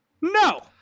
no